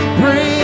bring